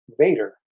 Vader